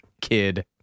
Kid